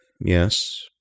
yes